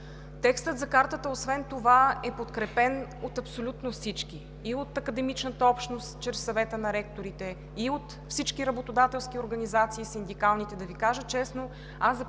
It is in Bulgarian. Текстът за Картата освен това е подкрепен от абсолютно всички – и от академичната общност чрез Съвета на ректорите, и от всички работодателски организации, синдикалните. Да Ви кажа честно, аз за първи